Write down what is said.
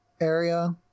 area